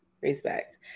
respect